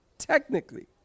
Technically